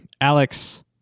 alex